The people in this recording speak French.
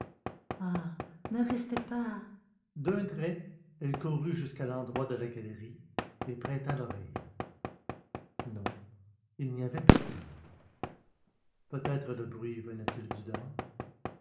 ne restez pas d'un trait elle courut jusqu'à l'entrée de la galerie et prêta l'oreille non il n'y avait personne peut-être le bruit venait-il du dehors